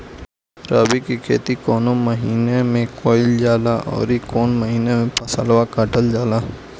रबी की खेती कौने महिने में कइल जाला अउर कौन् महीना में फसलवा कटल जाला?